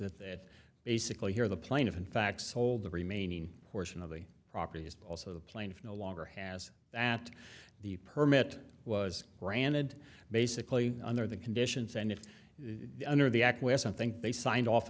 that basically here the plaintiff in fact sold the remaining portion of the property is also the plaintiff no longer has that the permit was granted basically under the conditions and if under the act where some think they signed off